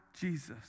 Jesus